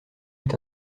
eut